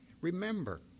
Remember